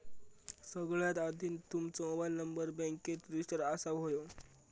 सगळ्यात आधी तुमचो मोबाईल नंबर बॅन्केत रजिस्टर असाक व्हयो